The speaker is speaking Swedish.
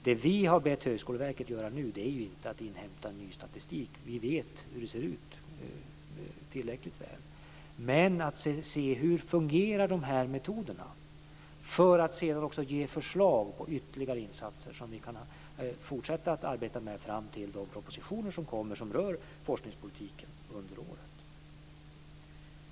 Det som vi har bett Högskoleverket att göra nu är inte att inhämta ny statistik - vi vet tillräckligt väl hur det ser ut - utan att se hur dessa metoder fungerar för att sedan också ge förslag på ytterligare insatser som vi kan fortsätta att arbeta med fram till de propositioner som kommer och som rör forskningspolitiken under året.